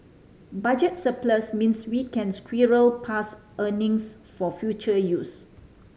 budget surplus means we can squirrel past earnings for future use